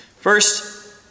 First